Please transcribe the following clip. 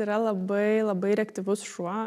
yra labai labai reaktyvus šuo